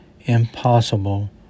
impossible